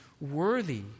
worthy